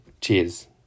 Cheers